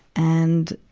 and,